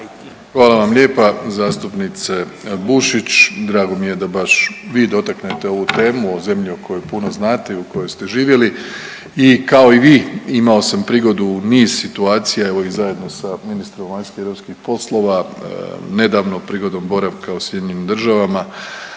Hvala vam lijepa. Zastupnice Bušić, drago mi je da baš vi dotaknete ovu temu o zemlji o kojoj puno znate i u kojoj ste živjeli. I kao i vi imao sam prigodu u niz situacija, evo i zajedno sa ministrom vanjskih i europskih poslova nedavno prigodom boravka u SAD-u razgovarati